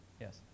Yes